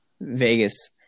Vegas